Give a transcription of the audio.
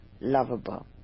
lovable